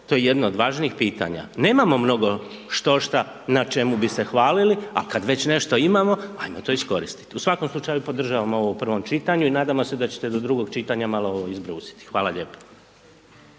To je jedno od važnijih pitanja. Nemamo mnogo što šta na čemu bi se hvalili, a kad već nešto imamo, hajmo to iskoristiti. U svakom slučaju, podržavamo ovo u prvom čitanju, i nadamo se da će te do drugog čitanja malo ovo izbrusiti. Hvala lijepo.